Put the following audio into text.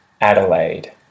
Adelaide